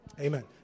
Amen